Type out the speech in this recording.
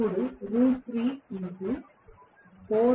ఇప్పుడు మిగిలి ఉంది